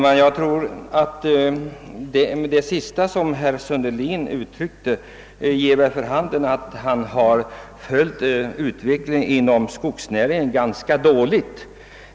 Herr talman! Det sista som herr Sundelin sade ger vid handen att han följt utvecklingen inom skogsnäringen ganska dåligt.